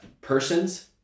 persons